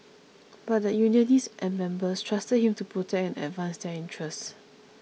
but the unionists and members trusted him to protect and advance their interests